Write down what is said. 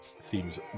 seems